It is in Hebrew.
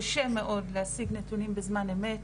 קשה מאוד להשיג נתונים בזמן אמת,